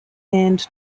and